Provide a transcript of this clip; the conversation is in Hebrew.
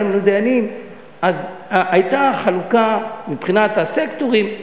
למינוי דיינים היתה חלוקה מבחינת הסקטורים,